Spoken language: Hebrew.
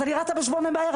אז אני רצה בשמונה בערב,